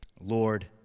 Lord